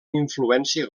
influència